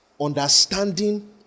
understanding